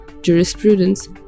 Jurisprudence